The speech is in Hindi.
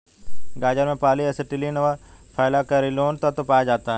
गाजर में पॉली एसिटिलीन व फालकैरिनोल तत्व पाया जाता है